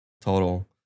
total